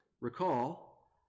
Recall